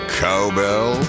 cowbell